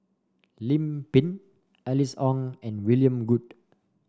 Lim Pin Alice Ong and William Goode